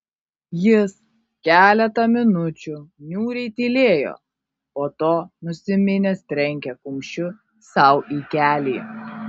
jis keletą minučių niūriai tylėjo po to nusiminęs trenkė kumščiu sau į kelį